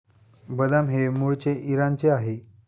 बदाम हे मूळचे इराणचे आहे